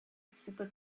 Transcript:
super